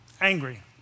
angry